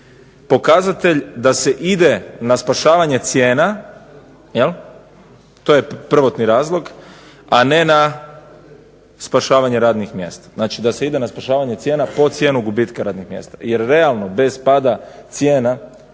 pokazatelj da se ide na spašavanje cijena, to je prvotni razlog, a ne na spašavanje radnih mjesta. Znači da se ide na spašavanje cijena po cijenu gubitka radnih mjesta. Jer realno, bez pada cijena